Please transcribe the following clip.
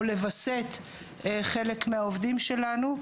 או לווסת חלק מהעובדים שלנו,